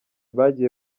bagiye